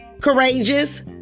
Courageous